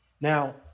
Now